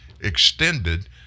extended